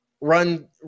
run